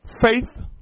Faith